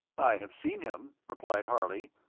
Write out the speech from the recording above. i have seen him, replied harley,